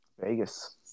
Vegas